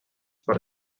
per